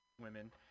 women